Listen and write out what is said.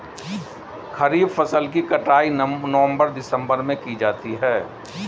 खरीफ फसल की कटाई नवंबर दिसंबर में की जाती है